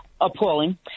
appalling